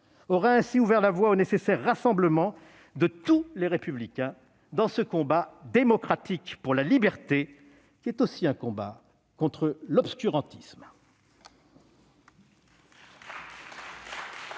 aura ainsi ouvert la voie au nécessaire rassemblement de tous les républicains dans ce combat démocratique pour la liberté, qui est aussi un combat contre l'obscurantisme.